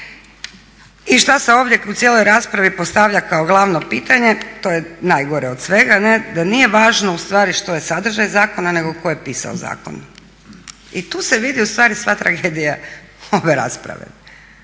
I što se ovdje u cijeloj raspravi postavlja kao glavno pitanje? To je najgore od svega ne', da nije važno ustvari što je sadržaj zakona nego tko je pisao zakon. I tu se vidi ustvari sva tragedija ove rasprave.